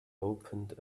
opened